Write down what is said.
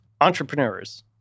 Entrepreneurs